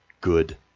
good